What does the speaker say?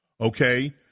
okay